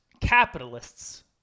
capitalists